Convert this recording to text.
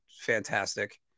fantastic